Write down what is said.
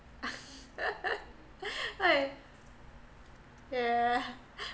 yeah